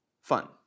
fun